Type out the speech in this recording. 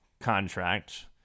contract